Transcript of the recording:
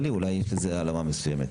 אולי יש איזה הלאמה מסוימת.